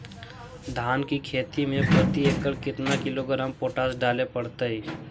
धान की खेती में प्रति एकड़ केतना किलोग्राम पोटास डाले पड़तई?